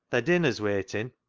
thy dinner's waitin',